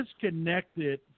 disconnected